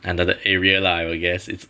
another area lah I will guess it's